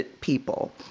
people